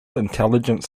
intelligence